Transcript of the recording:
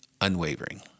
unwavering